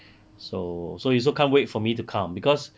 so so he also can't wait for me to come because